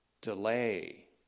delay